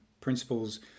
principles